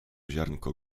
ziarnko